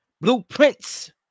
Blueprints